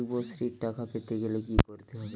যুবশ্রীর টাকা পেতে গেলে কি করতে হবে?